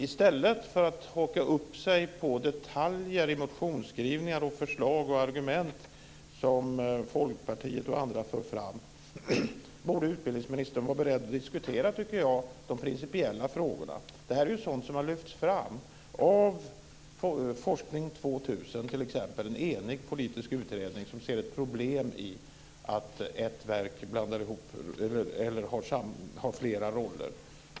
I stället för att haka upp sig på detaljer i motionsskrivningar, förslag och argument som Folkpartiet och andra för fram borde utbildningsministern, tycker jag, vara beredd att diskutera de principiella frågorna. Det här är ju sådant som har lyfts fram t.ex. av Forskning 2000 - en enig politisk utredning som ser ett problem i att ett verk har flera roller.